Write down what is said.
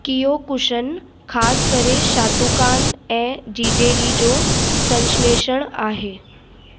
Kyokushin ख़ासि करे शाटुकानि ऐं जीजेरी जो संश्लेषणु आहे